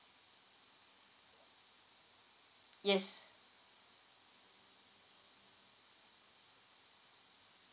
yes